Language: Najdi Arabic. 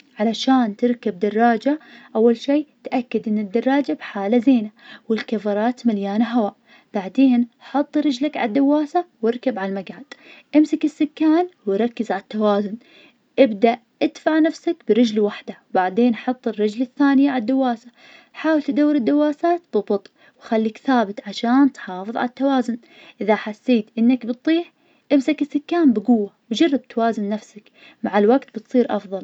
علشان تركب دراجة, أول شي تأكد إن الدراجة بحالة زينة, والكفرات مليانة هوا, بعدين حط رجلك عالدواسة, واركب عالمجعد, امسك السكان وركز عالتوازن, ابدأ إدفع نفسك برجل واحدة, بعدين حط الرجل الثانية عالدواسة, حاول تدور الدواسات ضبط, وخليك ثابت, عشان تحافظ عالتوازن, إذا حسيت إنك بتطيح أمسك السكان بقوة, وجرب توازن نفسك, مع الوقت تصير أفضل.